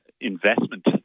investment